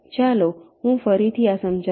ચાલો હું ફરીથી આ સમજાવું